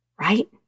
right